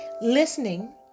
listening